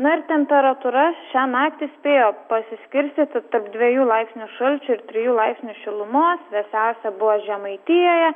na ir temperatūra šią naktį spėjo pasiskirstyti tarp dvejų laipsnių šalčio ir trijų laipsnių šilumos vėsiausia buvo žemaitijoje